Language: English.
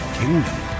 kingdom